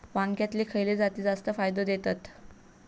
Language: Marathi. वांग्यातले खयले जाती जास्त फायदो देतत?